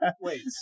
Wait